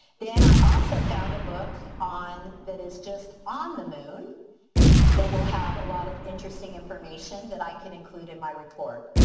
then i also found a book that is just on the moon that will have a lot of interesting information that i could include in my report.